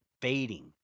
fading